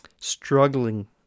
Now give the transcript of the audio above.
struggling